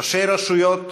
ראשי רשויות,